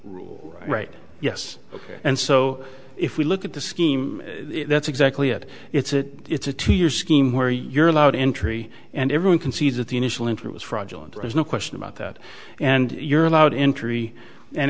right yes ok and so if we look at the scheme that's exactly it it's a it's a two year scheme where you're allowed entry and everyone concedes that the initial entry was fraudulent there's no question about that and you're allowed entry and